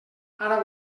ara